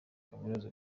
kaminuza